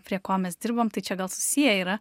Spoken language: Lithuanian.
prie ko mes dirbam tai čia gal susiję yra